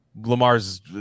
Lamar's